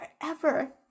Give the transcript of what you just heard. forever